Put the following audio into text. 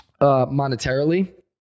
monetarily